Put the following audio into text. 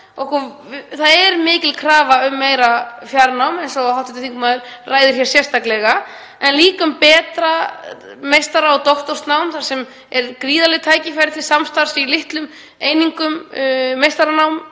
Það er mikil krafa um meira fjarnám, eins og hv. þingmaður ræðir hér sérstaklega, en líka um betra meistara- og doktorsnám þar sem eru gríðarleg tækifæri til samstarfs í litlum einingum meistaranáms